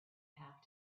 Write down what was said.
have